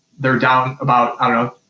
they're down about, i dunno,